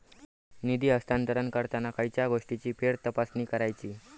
निधी हस्तांतरण करताना खयच्या गोष्टींची फेरतपासणी करायची?